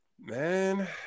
Man